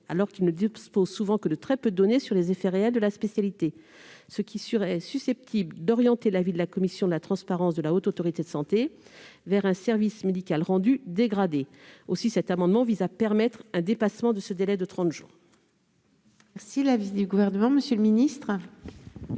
alors qu'il ne dispose souvent que de très peu de données sur les effets réels de la spécialité, ce qui serait susceptible d'orienter l'avis de la commission de la transparence de la Haute Autorité de santé (HAS) vers un service médical rendu dégradé. Aussi cet amendement vise-t-il à permettre un dépassement de ce délai de trente jours. Quel est l'avis du Gouvernement ? Vous proposez,